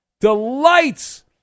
Delights